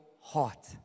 heart